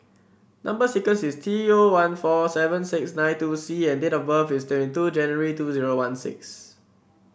number sequence is T zero one four seven six nine two C and date of birth is twenty two January two zero one six